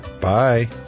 Bye